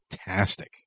fantastic